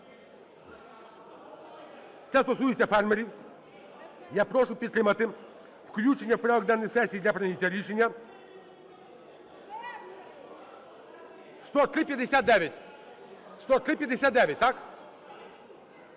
це стосується фермерів, я прошу підтримати включення в порядок денний сесії для прийняття рішення. 10359.